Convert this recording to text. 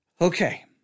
Okay